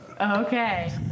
Okay